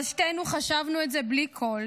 אבל שתינו חשבנו את זה בלי קול.